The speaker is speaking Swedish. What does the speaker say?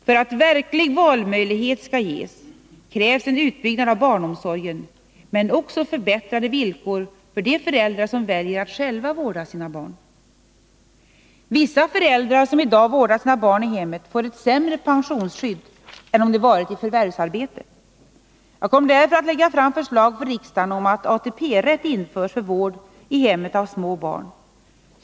För att verklig valmöjlighet skall ges krävs en utbyggnad av barnomsorgen men också förbättrade villkor för de föräldrar som väljer att själva vårda sina barn. Vissa föräldrar som i dag vårdar sina barn i hemmet får ett sämre pensionsskydd än om de haft förvärvsarbete. Jag kommer därför att lägga fram förslag för riksdagen om att ATP-rätt införs för vård i hemmet av små barn.